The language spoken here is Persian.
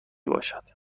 باشد